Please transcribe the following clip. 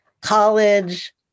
college